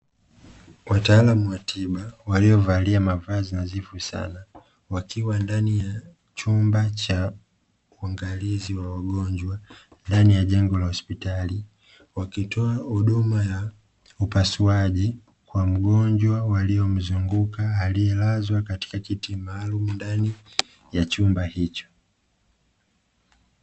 Wataalamu wa tiba waliovalia mavazi nadhifu sana wakiwa ndani ya chumba cha uangalizi wa wagonjwa ndani ya jengo la hospitali wakitoa huduma ya upasuaji kwa mgonjwa waliyomzunguka aliyelazwa katika kiti maalumu ndani ya chumba hicho.